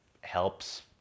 helps